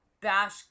bash